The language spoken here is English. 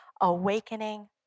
awakening